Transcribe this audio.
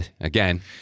again –